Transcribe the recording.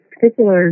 particular